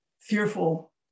fearful